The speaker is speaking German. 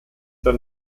der